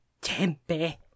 tempe